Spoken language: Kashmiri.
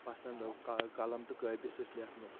پسنٛدو قلم تہٕ کٲپی سۭتۍ لیکھنُک